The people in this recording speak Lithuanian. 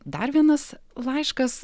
dar vienas laiškas